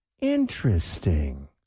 interesting